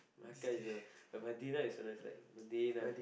Mekah is a but Madinah is so nice like Dayna